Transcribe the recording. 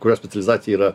kurio specializacija yra